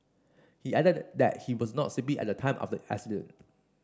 he added that he was not sleepy at the time of the accident